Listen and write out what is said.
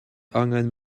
angen